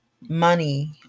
money